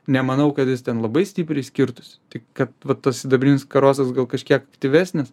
nemanau kad jis ten labai stipriai skirtųsi tik kad vat tas sidabrinis karosas gal kažkiek aktyvesnis